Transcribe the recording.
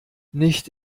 nicht